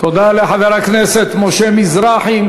תודה לחבר הכנסת משה מזרחי.